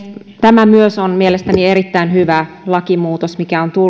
tämä myös on mielestäni erittäin hyvä lakimuutos mikä on